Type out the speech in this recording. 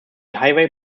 highway